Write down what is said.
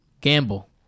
Gamble